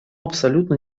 абсолютно